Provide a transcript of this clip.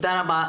תודה רבה.